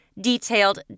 detailed